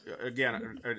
again